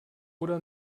oder